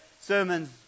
sermons